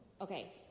Okay